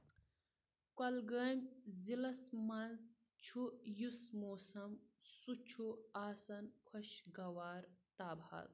کۄلگٲمۍ ضلعس منٛز چھُ یُس موسَم سُہ چھُ آسان خۄشگوار تَابہال